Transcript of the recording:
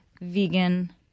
vegan